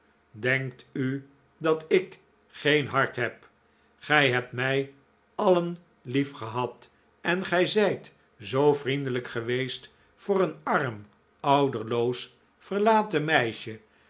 denkt u dat ik geen hart heb gij hebt mij alien liefgehad en gij zijt zoo vriendelijk geweest voor een arm ouderloos verlaten meisje